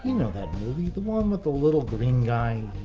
you know that movie. the one with the little green guy